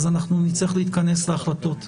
אז נצטרך להתכנס להחלטות.